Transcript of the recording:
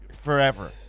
forever